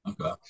okay